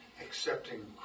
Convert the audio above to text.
Accepting